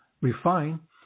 refine